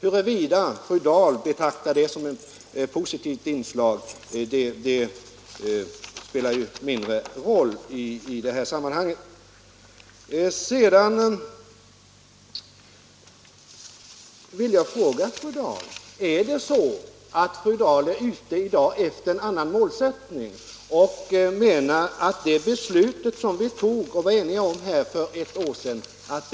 Huruvida fru Dahl betraktar det som ett positivt inslag spelar ju mindre roll i detta sammanhang. Sedan vill jag fråga: Är fru Dahl i dag ute efter en annan målsättning och menar att det beslut som vi var eniga om här för ett år sedan var fel?